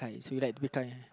so you like to be